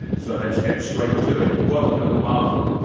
so let's get straight to it welcome, martha.